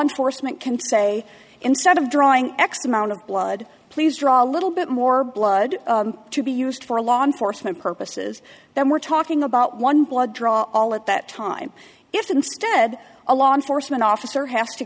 enforcement can say instead of drawing x amount of blood please draw a little bit more blood to be used for law enforcement purposes then we're talking about one blood draw all at that time if instead a law enforcement officer has to